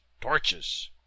Torches